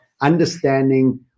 understanding